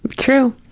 true.